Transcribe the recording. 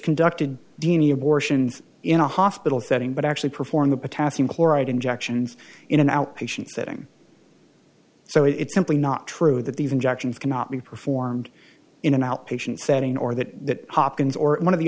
conducted dini abortions in a hospital setting but actually performed the potassium chloride injections in an outpatient setting so it's simply not true that these injections cannot be performed in an outpatient setting or that hopkins or one of the